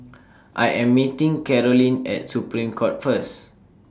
I Am meeting Karolyn At Supreme Court First